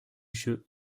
jeu